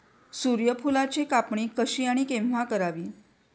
सूर्यफुलाची कापणी कशी आणि केव्हा करावी?